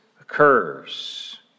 occurs